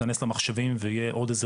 על מנת שזה ייכנס למחשבים ויהיה עוד איזו